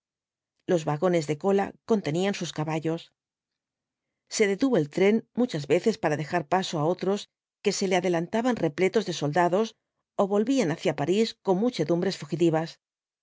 los vagones de cola contenían sus caballos se detuvo el tren muchas veces para dejar paso á otros que se le adelantaban repletos de soldados ó volvían hacia parís con muchedumbres fugitivas